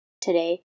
Today